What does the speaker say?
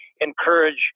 encourage